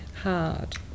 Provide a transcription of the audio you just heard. hard